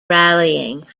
rallying